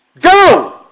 go